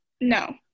No